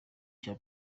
cya